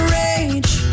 rage